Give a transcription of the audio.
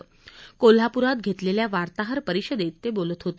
आज कोल्हाप्रात घेतलेल्या वार्ताहर परिषदेत ते बोलत होते